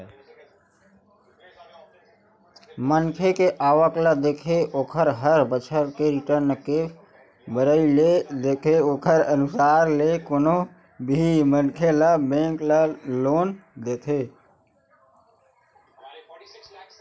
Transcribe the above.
मनखे के आवक ल देखके ओखर हर बछर के रिर्टन के भरई ल देखके ओखरे अनुसार ले कोनो भी मनखे ल बेंक ह लोन देथे